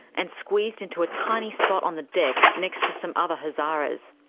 and squeezed into a tiny spot on the deck next to some other hazaras.